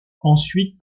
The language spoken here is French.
ensuite